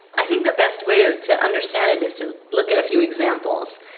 i think the best way to to understand it is to look at a few examples.